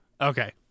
Okay